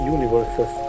Universes